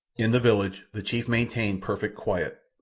in the village the chief maintained perfect quiet.